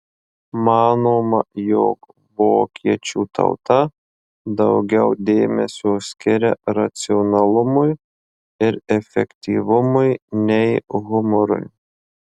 manoma jog vokiečių tauta daugiau dėmesio skiria racionalumui ir efektyvumui nei humorui